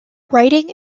writing